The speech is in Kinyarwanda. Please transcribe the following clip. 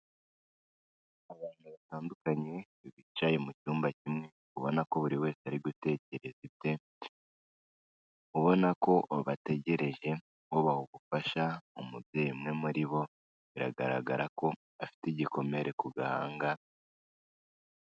Antu batandukanye bicaye mu cyumba kimwe ubona ko buri wese ari gutekereza ibye, ubona ko bategereje ubaha ubufasha, umubyeyi umwe muri bo biragaragara ko afite igikomere ku gahanga.